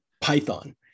Python